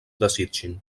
desitgin